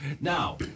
Now